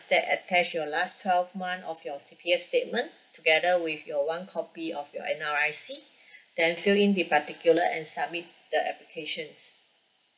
that attached your last twelve month of your C_P_F statement together with your one copy of your N_R_I_C then fill in the particular and submit the application